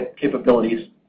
capabilities